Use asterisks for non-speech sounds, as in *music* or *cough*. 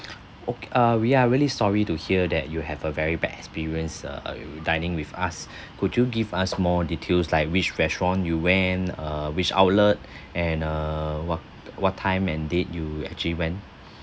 o~ uh we are really sorry to hear that you have a very bad experience uh uh dining with us *breath* could you give us more details like which restaurant you went uh which outlet *breath* and err what what time and date you actually went